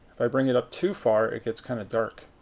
if i bring it too far, it gets kind of dark.